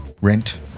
rent